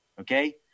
Okay